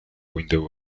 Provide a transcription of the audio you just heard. window